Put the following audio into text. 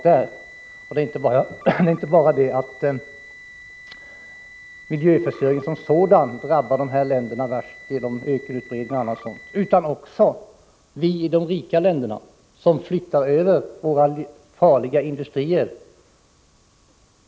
Det är inte bara miljöförstöringen som sådan som drabbar dessa länder genom t.ex. ökenutbredning utan också problemen i de rika länderna när de flyttar över sina farliga industrier dit.